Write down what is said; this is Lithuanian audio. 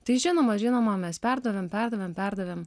tai žinoma žinoma mes perdavėm perdavėm perdavėm